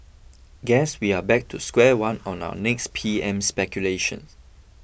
guess we are back to square one on our next P M speculation